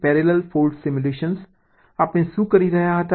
parallel faults સિમ્યુલેશનમાં આપણે શું કરી રહ્યા હતા